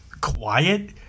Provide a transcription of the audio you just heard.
quiet